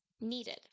needed